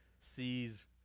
sees